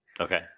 Okay